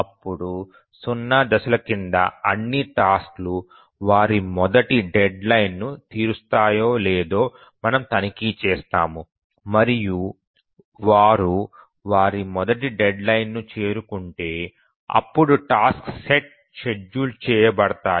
అప్పుడు 0 దశల కింద అన్ని టాస్క్ లు వారి మొదటి డెడ్ లైన్ ను తీరుస్తాయో లేదో మనము తనిఖీ చేస్తాము మరియు వారు వారి మొదటి డెడ్ లైన్ ను చేరుకుంటే అప్పుడు టాస్క్ సెట్ షెడ్యూల్ చేయబడతాయి